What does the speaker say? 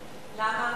למה?